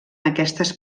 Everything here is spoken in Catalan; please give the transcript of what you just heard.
aquestes